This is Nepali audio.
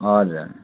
हजुर